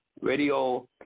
radio